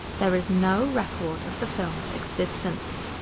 there is no record of the film's existence.